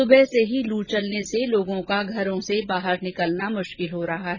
सुबह से ही लू चलने से लोगों का घर से बाहर निकलना मुश्किल हो रहा है